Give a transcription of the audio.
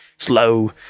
slow